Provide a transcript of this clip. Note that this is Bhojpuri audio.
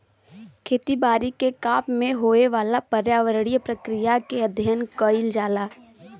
खेती बारी के काम में होए वाला पर्यावरणीय प्रक्रिया के अध्ययन कइल जाला